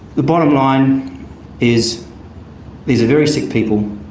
the bottom line is these are very sick people,